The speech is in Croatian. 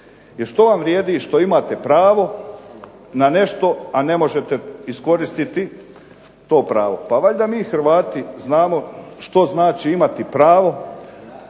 jer što vam vrijedi što imate pravo na nešto, a ne možete iskoristiti to pravo? Pa valjda mi Hrvati znamo što znači imati pravo,